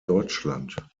deutschland